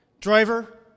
driver